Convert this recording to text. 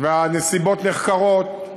מזעזעת והנסיבות נחקרות.